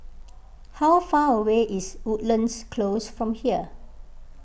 how far away is Woodlands Close from here